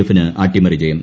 എഫിന് അട്ടിമറി ജയം